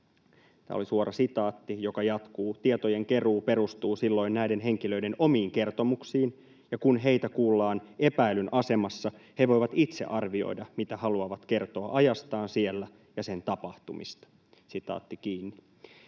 Tämä on suora sitaatti, joka jatkuu: ”Tietojen keruu perustuu silloin näiden henkilöiden omiin kertomuksiin, ja kun heitä kuullaan epäillyn asemassa, he voivat itse arvioida, mitä haluavat kertoa ajastaan siellä ja sen tapahtumista.” Eli